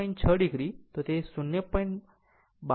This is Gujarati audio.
6 o એ 0